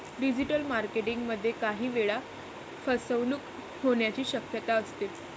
digital marketing मध्ये काही वेळा फसवणूक होण्याची शक्यता असते